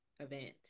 event